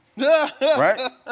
Right